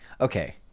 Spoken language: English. okay